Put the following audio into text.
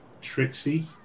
Trixie